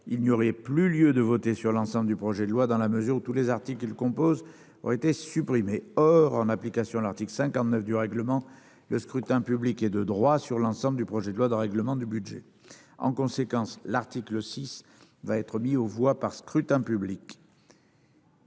il n’y aurait plus lieu de voter sur l’ensemble du projet de loi, dans la mesure où tous les articles qui le composent auraient été supprimés. Or, en application de l’article 59 du règlement, le scrutin public est de droit sur l’ensemble du projet de loi de règlement du budget et d’approbation des comptes de l’année 2021. En conséquence, l’article 6 va être mis aux voix par scrutin public.